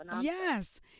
Yes